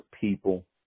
people